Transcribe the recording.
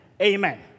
Amen